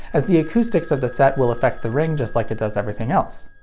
as the acoustics of the set will affect the ring just like it does everything else.